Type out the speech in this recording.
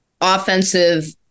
offensive